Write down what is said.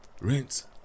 rinse